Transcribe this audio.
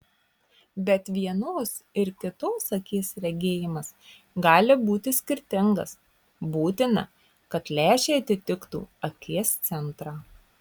bet vienos ir kitos akies regėjimas gali būti skirtingas būtina kad lęšiai atitiktų akies centrą